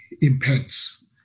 impacts